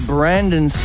Brandon